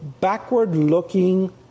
backward-looking